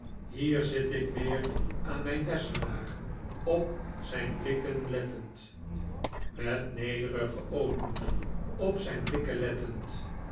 hier zit ik weer aan mijn lessenaar op zijn blikken lettend met nederigen ootmoed op zijn blikken lettend